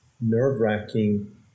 nerve-wracking